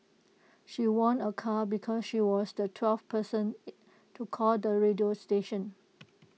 she won A car because she was the twelfth person to call the radio station